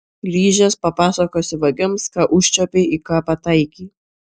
grįžęs papasakosi vagims ką užčiuopei į ką pataikei